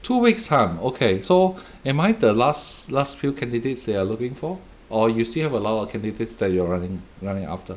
two weeks ha okay so am I the last last few candidates they are looking for or you still have a lot of candidates that you are running running after